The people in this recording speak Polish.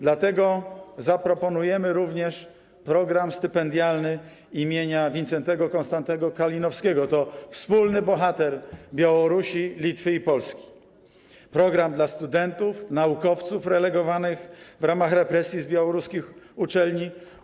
Dlatego zaproponujemy również program stypendialny im. Wincentego Konstantego Kalinowskiego - to wspólny bohater Białorusi, Litwy i Polski - program dla studentów, naukowców relegowanych w ramach represji z białoruskich uczelni.